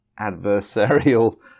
adversarial